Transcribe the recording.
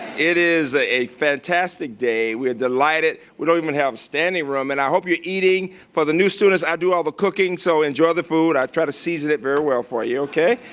it is a fantastic day. we are delighted. we don't even have standing room, and i hope you're eating. for the new students i do all the cooking, so enjoy the food, i try to season it very well for you. okay,